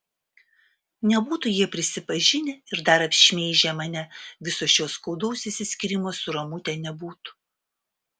nebūtų jie prisipažinę ir dar apšmeižę mane viso šio skaudaus išsiskyrimo su ramute nebūtų